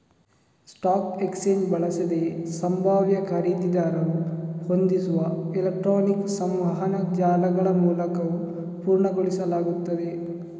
stock exchange ಬಳಸದೆಯೇ ಸಂಭಾವ್ಯ ಖರೀದಿದಾರರು ಹೊಂದಿಸುವ ಎಲೆಕ್ಟ್ರಾನಿಕ್ ಸಂವಹನ ಜಾಲಗಳಮೂಲಕ ಪೂರ್ಣಗೊಳಿಸಲಾಗುತ್ತದೆ